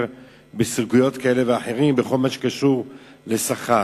בסוגיות כאלה ואחרות בכל מה שקשור לשכר.